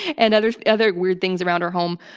and other other weird things around her home.